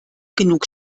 genug